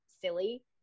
silly